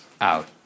out